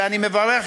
ואני גם מברך,